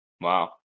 Wow